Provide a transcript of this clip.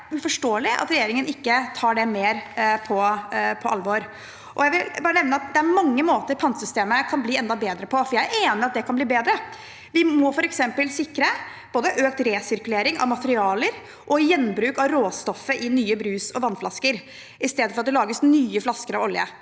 det uforståelig at regjeringen ikke tar det mer på alvor. Jeg vil nevne at det er mange måter pantesystemet kan bli enda bedre på, for jeg er enig i at det kan bli bedre. Vi må f.eks. sikre både økt resirkulering av materialer og gjenbruk av råstoffet i nye brus- og vannflasker istedenfor at det lages nye flasker av olje.